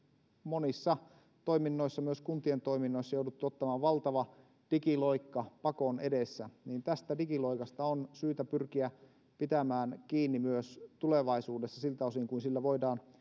monissa toiminnoissa myös kuntien toiminnoissa jouduttu ottamaan valtava digiloikka pakon edessä niin tästä digiloikasta on syytä pyrkiä pitämään kiinni myös tulevaisuudessa siltä osin kun sillä voidaan